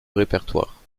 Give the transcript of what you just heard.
répertoire